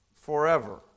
forever